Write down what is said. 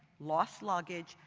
lost luggage,